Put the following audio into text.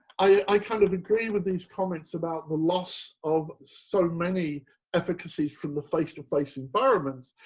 i kind of agree with these comments about the loss of so many efficacies from the face to face environments.